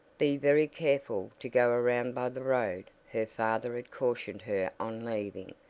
be very careful to go around by the road, her father had cautioned her on leaving,